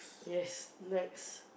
yes snacks